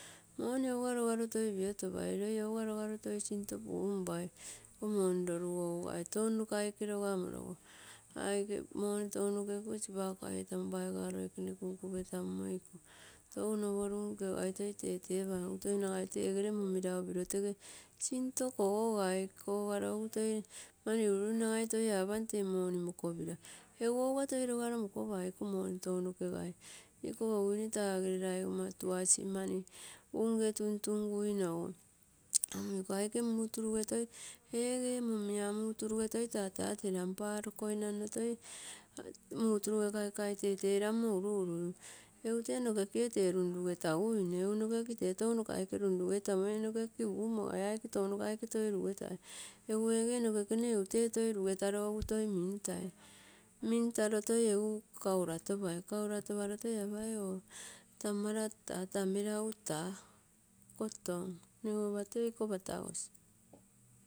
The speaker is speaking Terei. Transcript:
Moni ousa logaro toi piotopai, loi ouga rogaro toi sinto punpai iko moni rorusoigai touno nokaikoe rogamorogo. Aike moni tounoke ikose sipaka etamo loikene kunkupe tanmoi iko touno poru nkagai toi tetepam, toinagai tesere munira upiro tese sinto kososai, kosogaro-kosogaro esu toi mani uru urui nagai toi apam tee moni mokopira. Esu ouga toi rogaro mokopai iko moni touno kegai iko osuine tegere laioma tuasi mani unse tuntunguinogu. Okammiko aike muturu eg toi eege mumia muturuse toi tatateram parokoinanno muturuge kaikai tete ranmo uru urui egu tee nokeie ra runrugetaguine egu tee nokekie touno no kaike runrugetamoi ee nokeki umosai aike touno nokaike toi rusetai. Egu ege nokene egu tee toi rugetaro eu mintai, mintaro toi esu kauratopai, kautotoparo toi apai oo tamara taa taa muagu ta. Kotom mne go lopa tee iko patagosi.